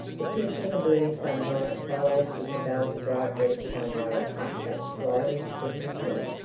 the pink and the blue sunbonnet followed isabel's bright red sunbonnet up that sliding, slipping hill.